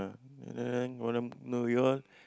uh no we all